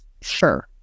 Sure